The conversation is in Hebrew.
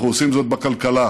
אנחנו עושים זאת בכלכלה,